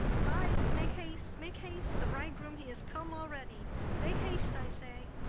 hie, make haste, make haste! the bridegroom he is come already make haste, i say.